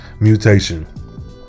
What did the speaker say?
mutation